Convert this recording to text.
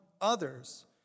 others